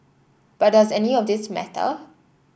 but does any of this matter